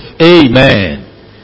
Amen